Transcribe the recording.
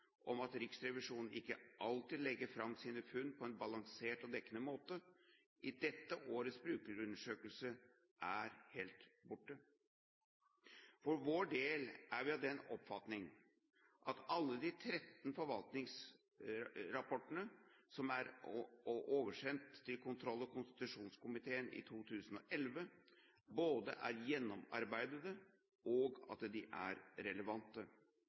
om at Riksrevisjonen ikke alltid legger fram sine funn på en balansert og dekkende måte, i dette årets brukerundersøkelse er helt borte. For vår del er vi av den oppfatning at alle de 13 forvaltningsrevisjonsrapportene som er oversendt til kontroll- og konstitusjonskomiteen i 2011, både er gjennomarbeidede og relevante. Det er også verdt å nevne at